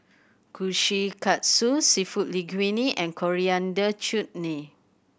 Kushikatsu Seafood Linguine and Coriander Chutney